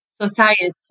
society